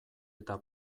eta